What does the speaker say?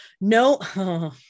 no